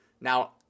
Now